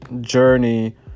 journey